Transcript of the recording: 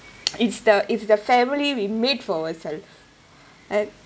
is the if the family we made for ourselves like